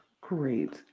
Great